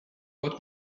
pot